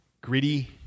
gritty